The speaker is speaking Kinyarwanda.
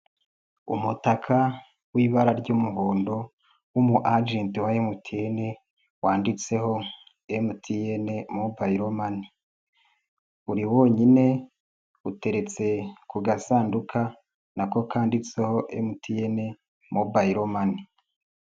Umutaka w'ibara ry'umuhondo w'umu ajent wa MTN, wanditseho MTN mobayilomani, uri wonyine uteretse ku gasanduka n'ako kandiditseho MTN mobayilomani.